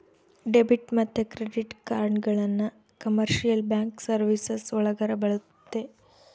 debit ಮತ್ತೆ credit ಕಾರ್ಡ್ಗಳನ್ನ commercial bank services ಒಳಗರ ಬರುತ್ತೆ